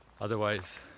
otherwise